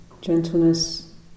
gentleness